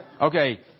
Okay